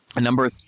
Number